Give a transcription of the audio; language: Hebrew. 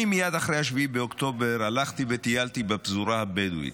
מייד אחרי 7 באוקטובר הלכתי וטיילתי בפזורה הבדואית.